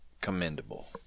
commendable